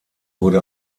wurde